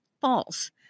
false